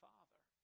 Father